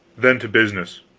then, to business.